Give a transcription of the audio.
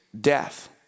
death